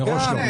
מראש לא.